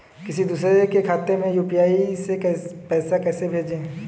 किसी दूसरे के खाते में यू.पी.आई से पैसा कैसे भेजें?